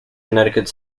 connecticut